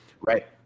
right